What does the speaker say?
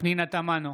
פנינה תמנו,